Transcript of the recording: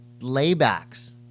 laybacks